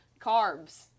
carbs